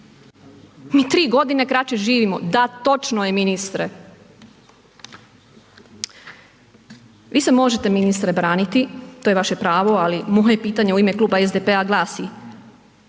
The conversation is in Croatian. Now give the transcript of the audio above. Mi tri godine kraće živimo, da točno je ministre. Vi se možete ministre braniti, to je vaše pravo, ali moje pitanje u ime kluba SDP-a glasi.